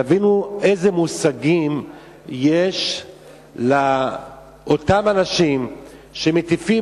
תבינו איזה מושגים יש לאותם אנשים שמטיפים